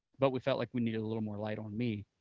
but we felt like we needed a little more light on me,